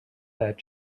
that